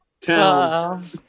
Town